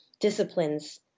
disciplines